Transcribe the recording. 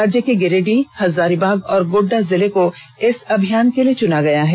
राज्य के गिरिडीह हजारीबाग और गोड़डा जिले को इस अभियान के लिए चुना गया है